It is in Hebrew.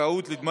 זכאות לדמי